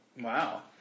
Wow